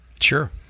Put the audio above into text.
Sure